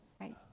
right